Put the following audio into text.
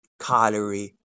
calorie